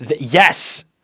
Yes